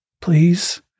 Please